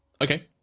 Okay